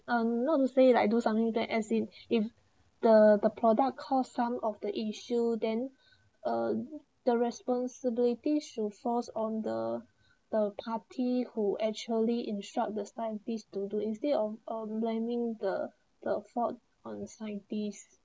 um not to say like I do something is if the the product cost some of the issue then uh the responsibility should falls on the the party who actually in shop this time piece do do instead of blaming the the fault on scientists